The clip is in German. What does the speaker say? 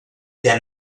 der